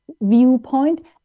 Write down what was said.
viewpoint